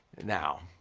now,